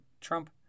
Trump